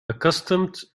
accustomed